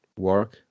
Work